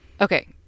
Okay